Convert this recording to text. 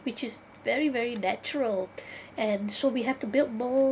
which is very very natural and so we have to build more